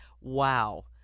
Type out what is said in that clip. Wow